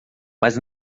mas